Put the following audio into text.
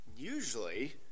usually